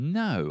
no